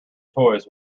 toys